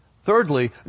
Thirdly